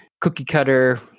cookie-cutter